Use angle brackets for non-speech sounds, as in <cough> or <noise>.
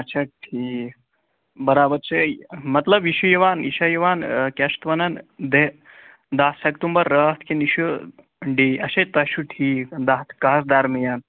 اچھا ٹھیٖک برابر چھےٚ یہِ مطلب یہِ چھُ یِوان یہِ چھا یِوان کیٛاہ چھِ اَتھ وَنان <unintelligible> دَہ سٮ۪پٹَمبَر راتھ کِنہٕ یہِ چھُ ڈے اچھا تۄہہِ چھُو ٹھیٖک دَہ تہٕ کَہہَس درمِیان